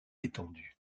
étendue